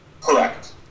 correct